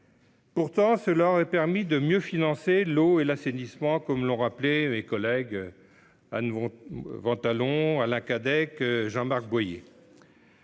Pourtant, cette mesure aurait permis de mieux financer l'eau et l'assainissement, comme l'ont rappelé Anne Ventalon, Alain Cadec et Jean-Marc Boyer.